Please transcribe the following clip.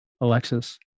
Alexis